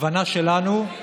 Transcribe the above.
הכוונה שלנו היא